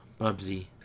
Bubsy